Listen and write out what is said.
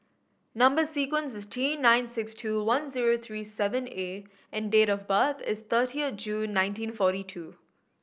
number sequence is T nine six two one zero three seven A and date of birth is thirtieth June nineteen forty two